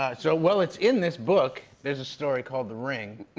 ah so, well, it's in this book. there's a story called the ring.